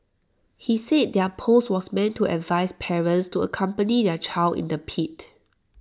he said their post was meant to advise parents to accompany their child in the pit